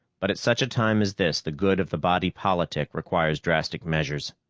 but at such a time as this the good of the body politic requires drastic measures.